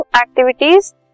activities